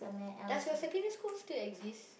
does your secondary school still exist